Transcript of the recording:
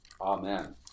amen